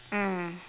mm